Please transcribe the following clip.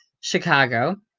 Chicago